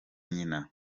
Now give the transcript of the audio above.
nyina